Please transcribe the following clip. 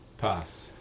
pass